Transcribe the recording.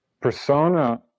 Persona